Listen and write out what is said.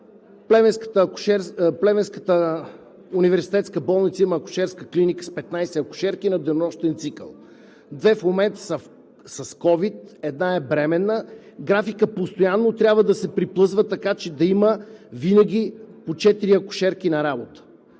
Плевенската университетска болница има акушерска клиника с 15 акушерки на денонощен цикъл, две в момента са с ковид, една е бременна, графикът постоянно трябва да се приплъзва, така че да има винаги по 4 акушерки на работа.